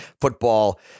football